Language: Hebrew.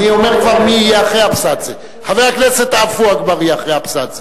אני אומר מי יהיה אחרי אבסדזה: חבר הכנסת עפו אגבאריה אחרי אבסדזה.